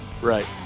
Right